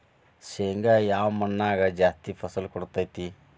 ಶೇಂಗಾ ಯಾವ ಮಣ್ಣಾಗ ಜಾಸ್ತಿ ಫಸಲು ಕೊಡುತೈತಿ?